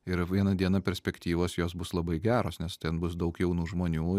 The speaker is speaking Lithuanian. ir vieną dieną perspektyvos jos bus labai geros nes ten bus daug jaunų žmonių